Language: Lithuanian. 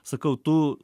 sakau tu